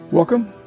Welcome